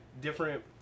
different